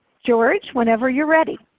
george whenever you are ready.